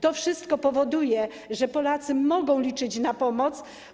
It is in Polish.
To wszystko powoduje, że Polacy mogą liczyć na pomoc.